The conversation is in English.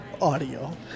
audio